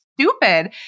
Stupid